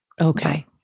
Okay